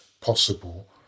possible